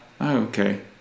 Okay